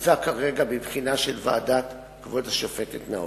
עניין זה נמצא כרגע בבחינה של ועדת כבוד השופטת נאור,